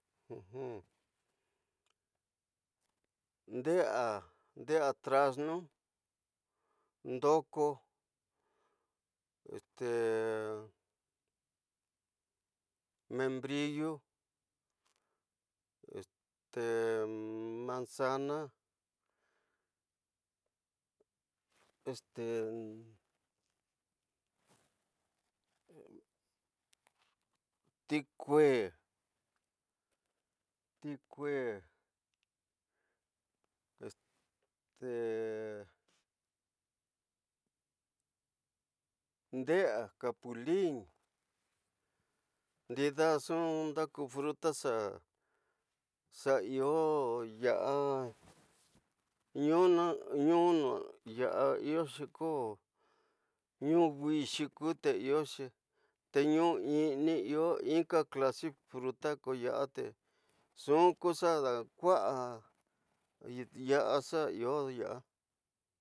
Ndesa, ndesa trasnu, ndoko, membrillo, manzana, tikue, este ndesa, ñkapulin ndida ñxu naku, ñta xa iyo yara, ñnunu ñya iyoñi ko ñnuwixi kué iyoñi te ñnu ñini iyo ñika klasi frutu, ko ñosa te ñxu ko ña kua xa iyo yara.